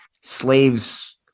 slaves